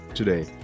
today